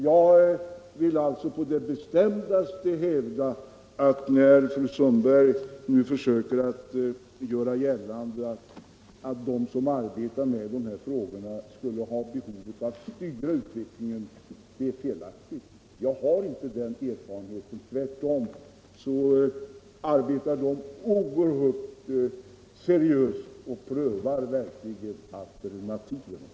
Jag vill alltså på det bestämdaste hävda att fru Sundbergs antydan att de som arbetar med de här frågorna skulle ha ett behov av att styra utvecklingen är felaktig. Jag har inte den erfarenheten. Tvärtom arbetar de oerhört seriöst och prövar verkligen alternativen.